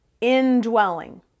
indwelling